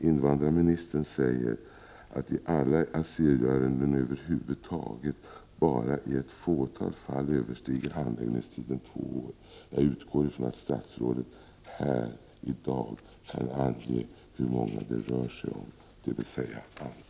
Invandrarministern säger att handläggningstiden i asylärenden över huvud taget bara i ett fåtal fall överstiger två år. Jag utgår ifrån att statsrådet här i dag kan ange hur många det rör sig om, dvs. antalet.